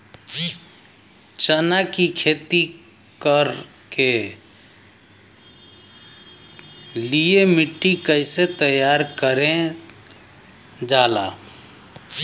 चना की खेती कर के लिए मिट्टी कैसे तैयार करें जाला?